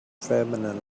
feminine